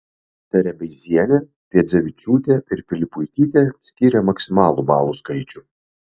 terebeizienė piedzevičiūtė ir pilipuitytė skyrė maksimalų balų skaičių